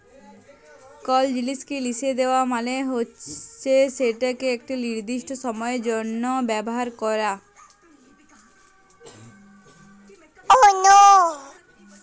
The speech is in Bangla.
কল জিলিসকে লিসে দেওয়া মালে হচ্যে সেটকে একট লিরদিস্ট সময়ের জ্যনহ ব্যাভার ক্যরা